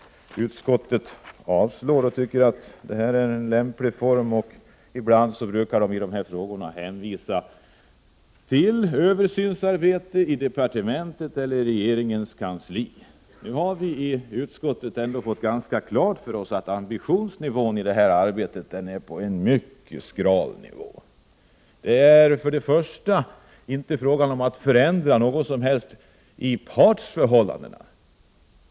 Utskottet avstyrker motionen och tycker att den rådande formen är lämplig. När det gäller de här frågorna brukar man i bland hänvisa till översynsarbetet i departementet eller regeringskansliet. Nu har vi i utskottet ändå fått klart för oss att ambitionsnivån när det gäller detta arbete ligger på en mycket skral nivå. Det är således inte fråga om att förändra något i partsförhållandena.